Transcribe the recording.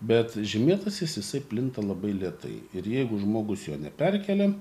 bet žymėtasis jisai plinta labai lėtai ir jeigu žmogus jo neperkelia